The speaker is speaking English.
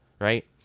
right